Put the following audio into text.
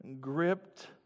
gripped